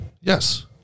Yes